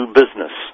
business